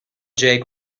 jake